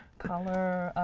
color